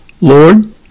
Lord